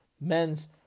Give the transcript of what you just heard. men's